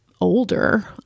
older